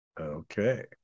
Okay